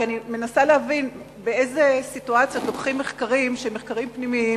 כי אני מנסה להבין באיזה סיטואציות לוקחים מחקרים שהם מחקרים פנימיים,